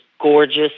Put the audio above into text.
gorgeous